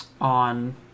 on